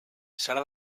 serà